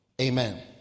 Amen